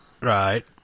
right